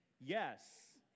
Yes